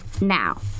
now